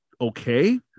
okay